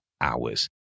hours